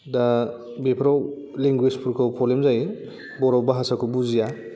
दा बेफोराव लेंगुवेज फोरखौ प्रब्लेम जायो बर' भासाखौ बुजिया